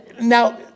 Now